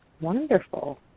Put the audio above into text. Wonderful